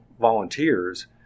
volunteers